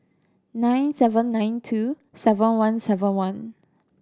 nine seven nine two seven one seven one